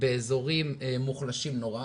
באזורים מוחלשים נורא,